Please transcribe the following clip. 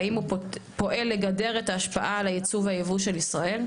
והאם הוא פועל לגדר את ההשפעה על הייצוא והייבוא של ישראל?